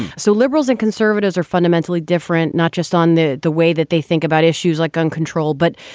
so liberals and conservatives are fundamentally different, not just on the the way that they think about issues like gun control, but,